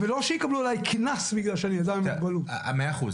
ולא שיקבלו עליי קנס בגלל שאני אדם עם מוגבלות.